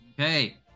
okay